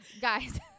guys